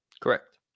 Correct